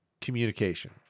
communication